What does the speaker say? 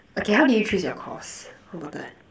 okay how did you choose your course how about that